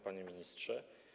Panie Ministrze!